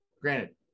Granted